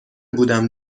بودم